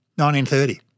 1930